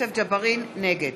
נגד